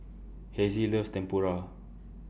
Hezzie loves Tempura